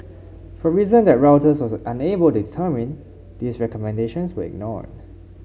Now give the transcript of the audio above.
for reason that Reuters was unable determine these recommendations were ignored